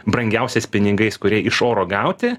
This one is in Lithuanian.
brangiausiais pinigais kurie iš oro gauti